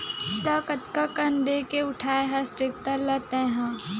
त कतका कन देके उठाय हस टेक्टर ल तैय हा?